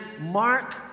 Mark